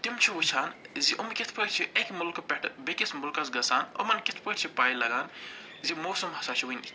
تِم چھِ وٕچھان زِ یِم کِتھ پٲٹھۍ چھِ اَکہِ مُلکہٕ پٮ۪ٹھٕ بیٚکِس ملکس گَژھان یِمن کِتھ پٲٹھۍ چھِ پَے لاگان زِ موسم ہَسا چھُ وٕنۍ